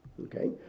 okay